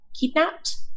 kidnapped